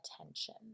attention